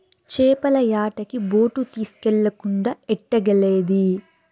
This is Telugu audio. చేపల యాటకి బోటు తీస్కెళ్ళకుండా ఎట్టాగెల్లేది